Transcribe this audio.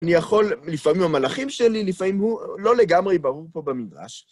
אני יכול, לפעמים המלאכים שלי, לפעמים הוא לא לגמרי ברור פה במדרש.